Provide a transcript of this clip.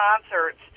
concerts